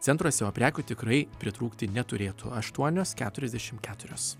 centruose o prekių tikrai pritrūkti neturėtų aštuonios keturiasdešim keturios